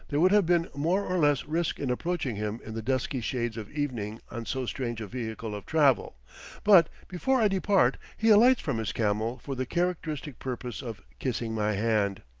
there would have been more or less risk in approaching him in the dusky shades of evening on so strange a vehicle of travel but before i depart he alights from his camel for the characteristic purpose of kissing my hand.